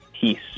peace